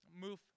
move